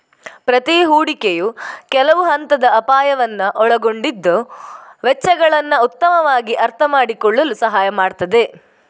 ಪ್ರತಿ ಹೂಡಿಕೆಯು ಕೆಲವು ಹಂತದ ಅಪಾಯವನ್ನ ಒಳಗೊಂಡಿದ್ದು ವೆಚ್ಚಗಳನ್ನ ಉತ್ತಮವಾಗಿ ಅರ್ಥಮಾಡಿಕೊಳ್ಳಲು ಸಹಾಯ ಮಾಡ್ತದೆ